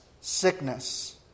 sickness